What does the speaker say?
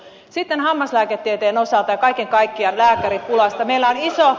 sitten hammaslääketieteen osalta ja kaiken kaikkiaan lääkäripulasta